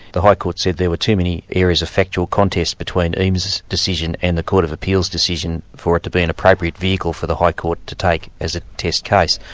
the high court said there were too many areas of factual contest between eames's decision and the court of appeal's decision for it to be an appropriate vehicle for the high court to take as a test case.